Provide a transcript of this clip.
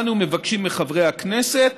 אנו מבקשים מחברי הכנסת